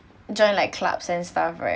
join like clubs and stuff right